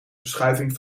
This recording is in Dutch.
verschuiving